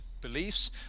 beliefs